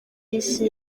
y’isi